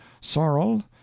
sorrel